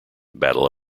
battle